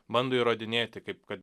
bando įrodinėti kaip kad